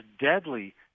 deadly